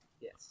Yes